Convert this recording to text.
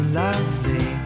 lovely